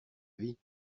vie